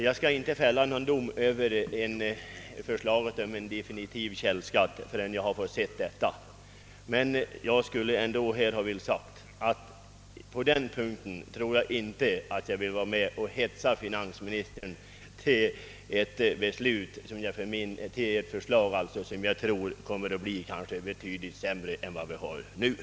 Jag skall inte fälla någon dom över förslaget om definitiv källskatt förrän jag har sett det, men jag vill absolut inte hetsa finansministern till att lägga fram förslag om något som jag tror blir betydligt sämre än vad vi nu har.